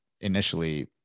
initially